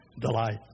delight